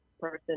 person